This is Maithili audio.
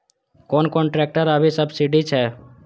कोन कोन ट्रेक्टर अभी सब्सीडी छै?